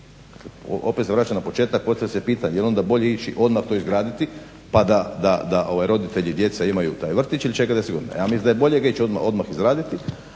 opet se vraćam na početak postavlja se pitanje jel' onda bolje ići odmah to izgraditi pa da roditelji i djeca imaju taj vrtić ili čekati 10 godina? Ja mislim da je bolje ga ići odmah izraditi,